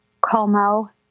Como